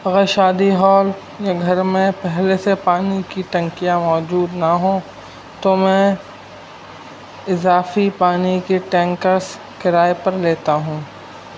اگر شادی ہال یا گھر میں پہلے سے پانی کی ٹنکیاں موجود نہ ہوں تو میں اضافی پانی کی ٹینکرس کرائے پر لیتا ہوں